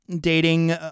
dating